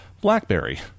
Blackberry